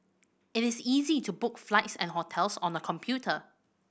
it is easy to book flights and hotels on the computer